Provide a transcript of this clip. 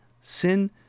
sin